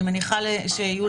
אני מניחה שיהיו